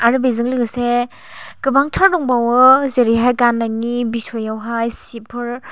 आरो बेजों लोगोसे गोबांथार दंबावो जेरैहाय गान्नायनि बिसयावहाय सिफोर